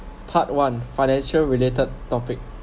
part one financial related topic